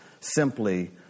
simply